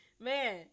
Man